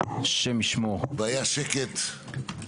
והיה שקט,